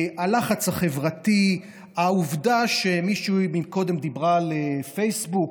הלחץ החברתי, העובדה, מישהי קודם דיברה על פייסבוק